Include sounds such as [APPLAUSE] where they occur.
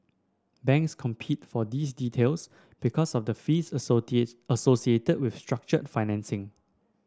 banks compete for these deals because of the fees [UNINTELLIGIBLE] associated with structured financing